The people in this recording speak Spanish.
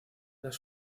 las